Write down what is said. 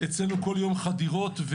אצלנו כל יום חדירות.